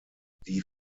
die